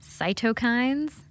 cytokines